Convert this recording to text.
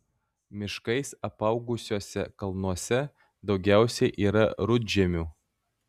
miškais apaugusiuose kalnuose daugiausiai yra rudžemių